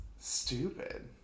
Stupid